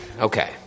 Okay